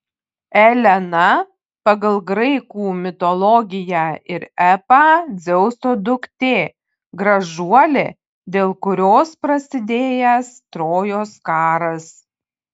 elena pagal graikų mitologiją ir epą dzeuso duktė gražuolė dėl kurios prasidėjęs trojos karas